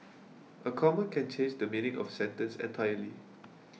a comma can change the meaning of sentence entirely